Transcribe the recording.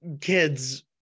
kids